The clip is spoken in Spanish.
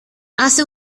hace